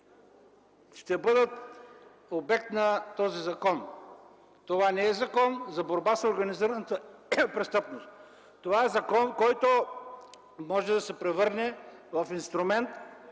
ще бъдат обект на този закон. Това не е Закон за борба с организираната престъпност. Това е закон, който може да се превърне в инструмент